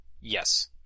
Yes